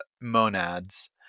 monads